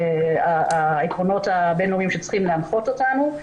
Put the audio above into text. העקרונות הבינלאומיים שצריכים להנחות אותנו.